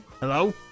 Hello